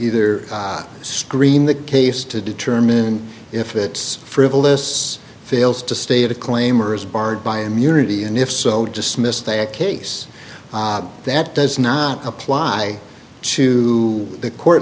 either screen the case to determine if it's frivolous fails to state a claim or is barred by immunity and if so dismissed the case that does not apply to the court